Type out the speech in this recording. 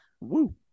Woo